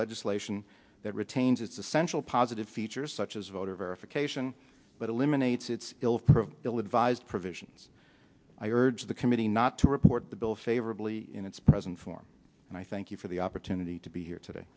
legislation that retains its essential positive features such as voter verification but eliminates its ill advised provisions i urge the committee not to report the bill favorably in its present form and i thank you for the opportunity to be here today